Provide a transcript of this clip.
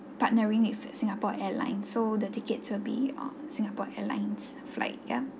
partnering with singapore airlines so the ticket will be on singapore airlines flight yup